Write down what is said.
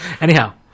Anyhow